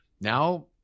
now